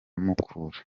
mukura